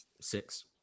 six